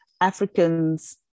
Africans